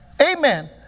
Amen